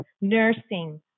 nursing